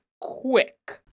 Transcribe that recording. quick